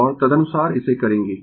और तदनुसार इसे करेंगें